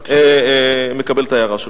אני מקבל את ההערה שלך.